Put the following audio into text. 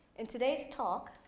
in today's talk,